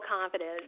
confidence